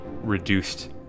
reduced